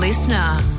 Listener